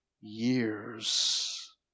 years